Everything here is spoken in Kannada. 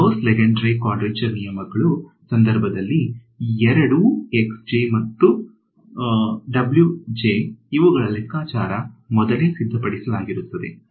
ಈ ಗೌಸ್ ಲೆಂಗೆಡ್ರೆ ಕ್ವಾಡ್ರೆಚರ್ ನಿಯಮಗಳು ಸಂದರ್ಭದಲ್ಲಿ ಎರಡೂ ನಮತ್ತು ಇವುಗಳ ಲೆಕ್ಕಾಚಾರ ಮೊದಲೇ ಸಿದ್ಧಪಡಿಸಲಾಗಿರುತ್ತದೆ